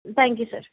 thank you sir